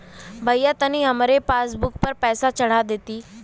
भईया तनि हमरे पासबुक पर पैसा चढ़ा देती